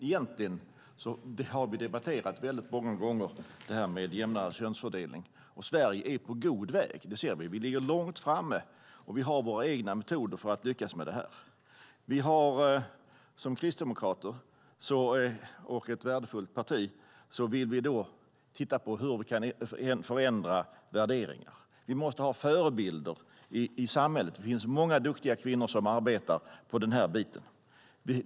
Egentligen har vi debatterat detta med jämnare könsfördelning väldigt många gånger, och Sverige är på god väg. Vi ligger långt framme, och vi har våra egna metoder för att lyckas med det. Som kristdemokrater och ett värdefullt parti vill vi titta på hur vi kan förändra värderingar. Vi måste ha förebilder i samhället. Det finns många duktiga kvinnor som arbetar i börsnoterade företag.